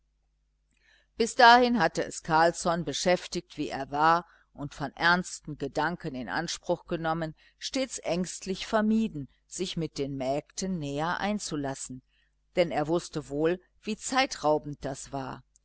bis dahin hatte es carlsson beschäftigt wie er war und von ernsten gedanken in anspruch genommen stets ängstlich vermieden sich mit den mägden näher einzulassen denn er wußte wohl wie zeitraubend das war